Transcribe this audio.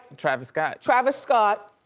travis scott. travis scott.